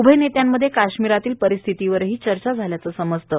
उभय नेत्यांमध्ये काश्मीरातील परिस्थितीवरही चर्चा झाल्याचं समजतं